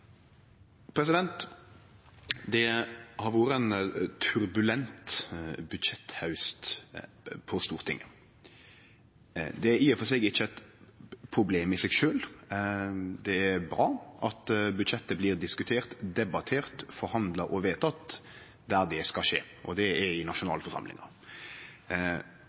og for seg ikkje eit problem i seg sjølv. Det er bra at budsjettet blir diskutert, debattert, forhandla og vedteke der det skal skje – i nasjonalforsamlinga. For Venstres del er vi tilfredse med det som til slutt vart det endelege resultatet, og eg er